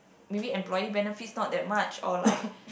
maybe employee benefits not that much or like